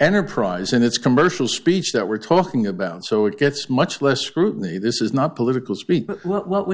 enterprise and it's commercial speech that we're talking about so it gets much less scrutiny this is not political speech but what w